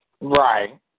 Right